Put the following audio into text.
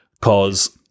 because-